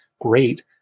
great